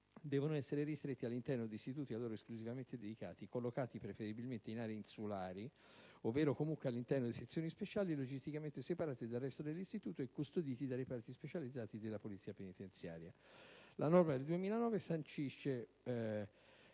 devono essere ristretti all'interno di istituti a loro esclusivamente dedicati, collocati preferibilmente in aree insulari, ovvero comunque all'interno di sezioni speciali e logisticamente separate dal resto dell'istituto e custoditi da reparti specializzati della polizia penitenziaria». La norma del 2009 sancisce,